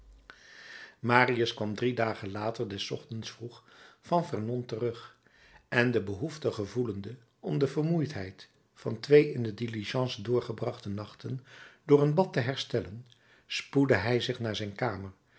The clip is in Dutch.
marius kwam drie dagen later des ochtends vroeg van vernon terug en de behoefte gevoelende om de vermoeidheid van twee in de diligence doorgebrachte nachten door een bad te herstellen spoedde hij zich naar zijn kamer